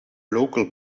local